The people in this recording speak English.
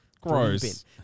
Gross